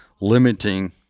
limiting